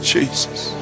Jesus